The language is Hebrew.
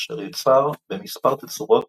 אשר יוצר במספר תצורות